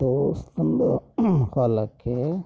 ದೋಸ್ತಂದು ಹೊಲಕ್ಕೆ